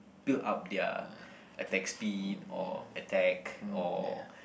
build up their attack speed or attack or